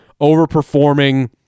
overperforming